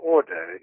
Order